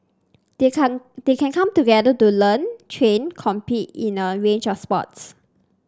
they can they can come together to learn train compete in a range of sports